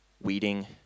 weeding